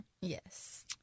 Yes